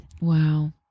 Wow